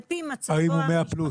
על פי מצבו --- האם הוא 100+?